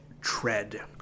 Tread